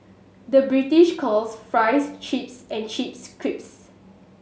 the British calls fries chips and chips